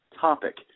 topic